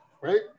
Right